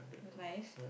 it was nice